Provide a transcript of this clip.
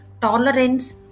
tolerance